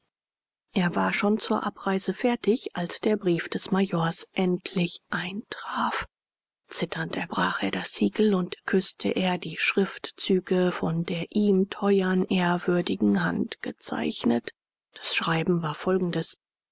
er war schon zur abreise fertig als der brief des majors endlich eintraf zitternd erbrach er das siegel und küßte er die schriftzüge von der ihm teuern ehrwürdigen hand gezeichnet das schreiben war folgendes